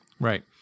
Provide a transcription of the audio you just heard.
Right